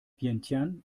vientiane